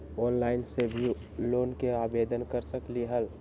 Online से भी loan के आवेदन कर सकलीहल?